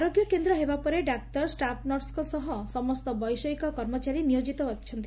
ଆରୋଗ୍ୟ କେନ୍ଦ୍ର ହେବା ପରେ ଡାକ୍ତର ଷ୍ଟାଫ୍ନର୍ସଙ୍କ ସହ ସମସ୍ତ ବୈଷୟିକ କର୍ମଚାରୀ ନିୟୋଜିତ ହୋଇଛନ୍ତି